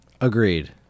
Agreed